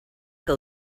que